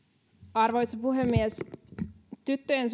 arvoisa puhemies tyttöjen